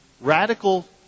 radical